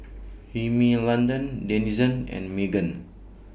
Rimmel London Denizen and Megan